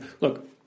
look